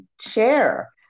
share